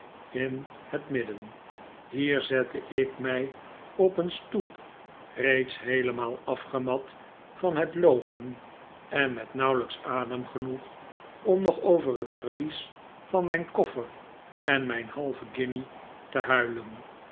in het midden hier zette ik mij op een stoep teeds heelemaal afgemat van het loopen en met nauwelijks adem genoeg om nog over het verlies van mijn koffer en mijn halve guinje te huilen